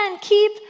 keep